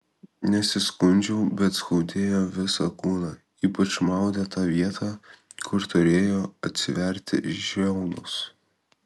nesiskundžiau bet skaudėjo visą kūną ypač maudė tą vietą kur turėjo atsiverti žiaunos